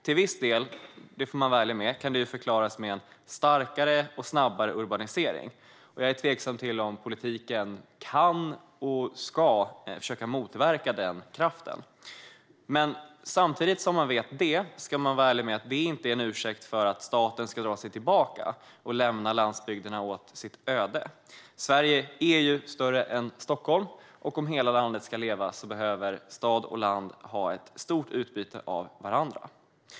Till viss del, och det får man vara ärlig med, kan det förklaras med en starkare och snabbare urbanisering, och jag är tveksam till om politiken kan och ska försöka motverka den kraften. Det är dock ingen ursäkt för att staten ska dra sig tillbaka och lämna landsbygden åt sitt öde. Sverige är större än Stockholm, och om hela landet ska leva behöver stad och land ha ett stort utbyte av varandra.